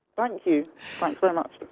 thank you. thanks very much.